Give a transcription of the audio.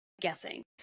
guessing